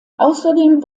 außerdem